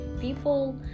people